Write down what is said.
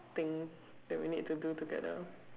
thing that we need to do together